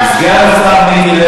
סגן השר מיקי לוי,